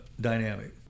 dynamic